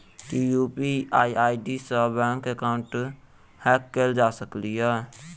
की UPI ID सऽ bank account hack कैल जा सकलिये?